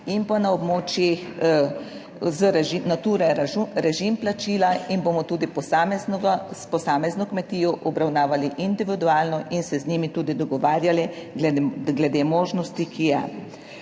in pa na območjih z režim Nature, režim plačila in bomo tudi posameznega, s posamezno kmetijo obravnavali individualno in se z njimi tudi dogovarjali glede možnosti, ki je.